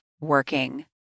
working